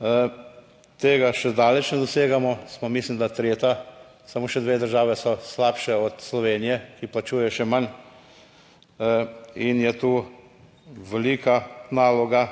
(nadaljevanje) smo, mislim, da tretja. Samo še dve državi so slabše od Slovenije, ki plačuje še manj. In je tu velika naloga